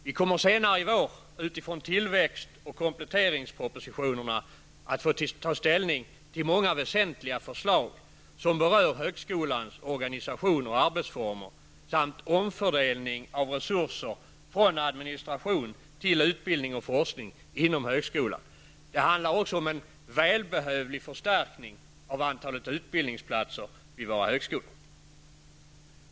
Vi kommer senare i vår utifrån tillväxt och kompletteringspropositionerna att få ta ställning till många väsentliga förslag som berör högskolans organisation och arbetsformer samt omfördelning av resurser från administration till utbildning och forskning inom högskolan. Det handlar också om en välbehövlig förstärkning av antalet utbildningsplatser vid våra högskolor.